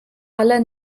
aller